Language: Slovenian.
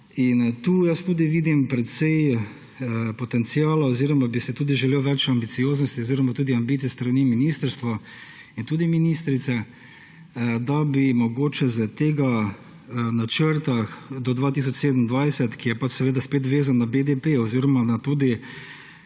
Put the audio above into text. Tu tudi vidim precej potenciala oziroma bi si želel več ambicioznosti oziroma tudi ambicij s strani ministrstva in tudi ministrice, da bi mogoče za ta načrta do 2027, ki je pač spet vezan na BDP oziroma na tudi